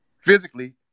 physically